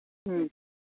ꯎꯝ